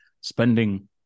Spending